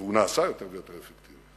והוא נעשה יותר ויותר אפקטיבי,